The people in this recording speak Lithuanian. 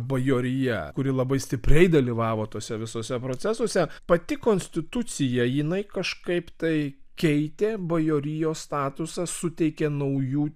bajorija kuri labai stipriai dalyvavo tuose visuose procesuose pati konstitucija jinai kažkaip tai keitė bajorijos statusą suteikė naujų